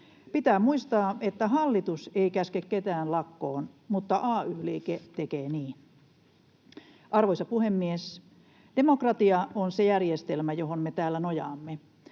Pitää muistaa, että hallitus ei käske ketään lakkoon mutta ay-liike tekee niin. Arvoisa puhemies! Demokratia on se järjestelmä, johon me täällä nojaamme.